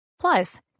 Plus